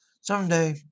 someday